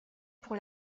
pour